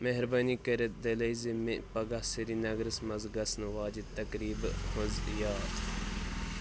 مہربٲنی کٔرِتھ دِلٲیزِ مےٚ پگہہ سری نگرس منز گژھن واجنۍ تقریبہِ ہٕنزۍ یاد